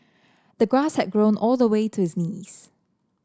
the grass had grown all the way to his knees